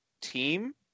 team